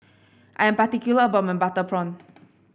I'm particular about my Butter Prawn